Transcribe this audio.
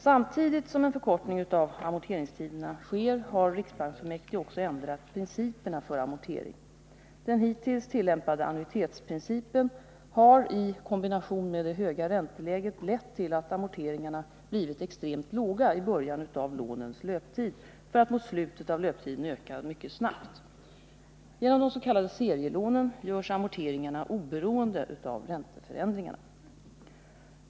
Samtidigt som en förkortning av amorteringstiderna sker har riksbanksfullmäktige också ändrat principerna för amortering. Den hittills tillämpade annuitetsprincipen har, i kombination med det höga ränteläget, lett till att amorteringarna blivit extremt låga i början av lånens löptid för att mot slutet av löptiden öka mycket snabbt. Genom de s.k. serielånen görs amorteringarna oberoende av ränteförändringarna.